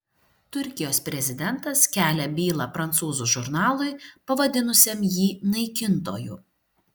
turkijos prezidentas kelia bylą prancūzų žurnalui pavadinusiam jį naikintoju